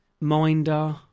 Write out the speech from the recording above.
Minder